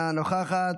אינה נוכחת,